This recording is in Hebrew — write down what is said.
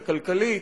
הכלכלית,